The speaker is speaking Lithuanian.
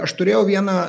aš turėjau vieną